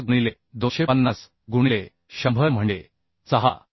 5 गुणिले 250 गुणिले 100 म्हणजे 6